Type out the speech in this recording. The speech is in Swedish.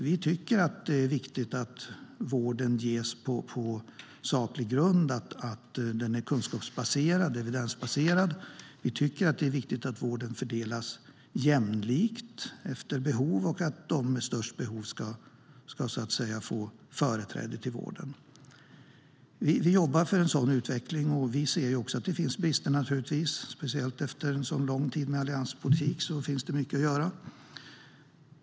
Vi tycker att det är viktigt att vården ges på saklig grund och att den är kunskapsbaserad och evidensbaserad. Vi tycker att det är viktigt att vården fördelas jämlikt efter behov och att de med störst behov får företräde till vården. Vi jobbar för en sådan utveckling, och vi ser naturligtvis att det finns brister. Speciellt efter en så lång tid med allianspolitik finns det mycket att göra.